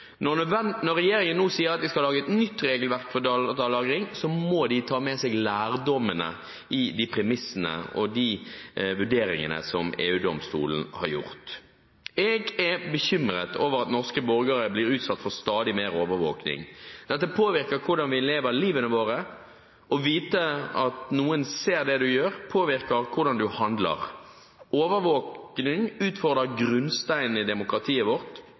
Når regjeringen nå sier at vi skal lage et nytt regelverk for datalagring, må de ta med seg lærdommene i de premissene og vurderingene som EU-domstolen har gjort. Jeg er bekymret over at norske borgere blir utsatt for stadig mer overvåkning. Dette påvirker hvordan vi lever livene våre. Det å vite at noen ser det en gjør, påvirker hvordan en handler. Overvåkning utfordrer grunnsteinen i demokratiet vårt: